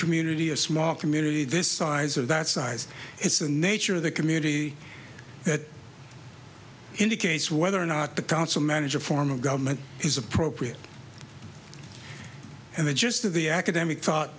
community a small community this size of that size is the nature of the community that indicates whether or not the council manager form of government is appropriate and the gist of the academic thought